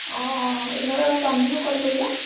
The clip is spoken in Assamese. অঁ অঁ এইটো নাম্বাৰত এইবাৰ পাম নহয় কল কৰিলে